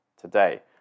today